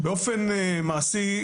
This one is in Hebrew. באופן מעשי,